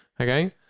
Okay